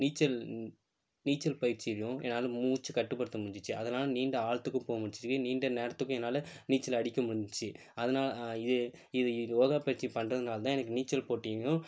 நீச்சல் நீச்சல் பயிற்சிலையும் என்னால் மூச்சை கட்டுப்படுத்த முடிஞ்சுச்சு அதனால் நீண்ட ஆழத்துக்கு போக முடிஞ்சுச்சு நீண்ட நேரத்துக்கு என்னால் நீச்சல் அடிக்க முடிஞ்சுச்சு அதனாலே அது இது இது யோகா பயிற்சி பண்ணுறதுனால தான் எனக்கு நீச்சல் போட்டியும்